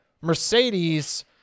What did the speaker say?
mercedes